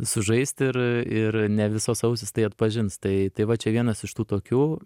sužaist ir ir ne visos ausys tai atpažins tai tai va čia vienas iš tų tokių